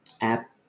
app